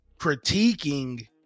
critiquing